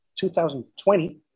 2020